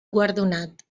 guardonat